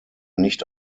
nicht